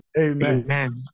Amen